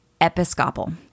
episcopal